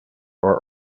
are